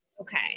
Okay